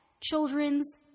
children's